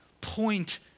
point